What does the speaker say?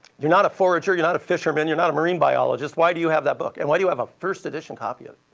you're not a forager. you're not a fisherman and you're not a marine biologist. why do you have that book? and why do you have a first edition copy of